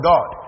God